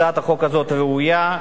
הצעת החוק הזאת היא ראויה,